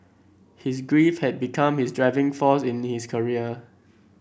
his grief had become his driving force in his career